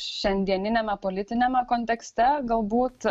šiandieniniame politiniame kontekste galbūt